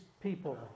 people